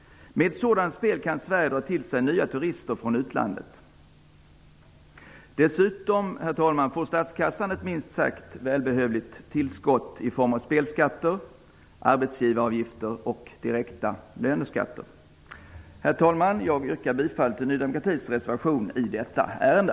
Med sådant spel kan Sverige dra till sig nya turister från utlandet. Dessutom får, herr talman, statskassan ett minst sagt välbehövligt tillskott i form av spelskatter, arbetsgivaravgifter och direkta löneskatter. Herr talman! Jag yrkar bifall till Ny demokratis reservation i detta ärende.